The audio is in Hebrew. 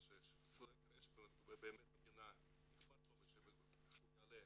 שיש --- ושהוא יעלה,